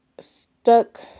stuck